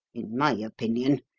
in my opinion,